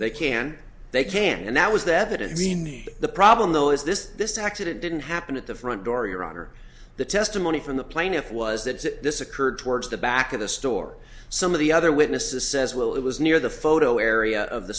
they can they can and that was that evidence the problem though is this this accident didn't happen at the front door your honor the testimony from the plaintiff was that this occurred towards the back of the store some of the other witnesses says well it was near the photo area of the